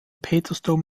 petersdom